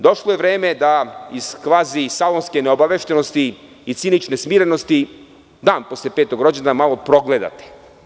Došlo je vreme da iz kvazi salonske neobaveštenosti i cinične smirenosti, dan posle petog rođendana, malo progledate.